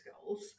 goals